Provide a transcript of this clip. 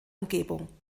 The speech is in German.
umgebung